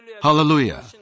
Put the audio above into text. Hallelujah